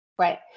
Right